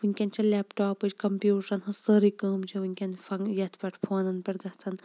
وِنکیٚن چھِ لیپٹاپِچ کَمپیوٹرَن ہٕنٛز سٲرٕے کٲم چھِ وُنکیٚن فَنٛگ یتھ پیٹھ فونَن پیٚٹھ گَژھان